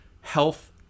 health